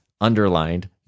underlined